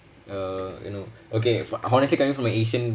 uh you know okay for honestly coming from a asian